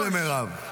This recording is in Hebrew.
רק למירב.